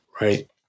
right